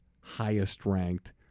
highest-ranked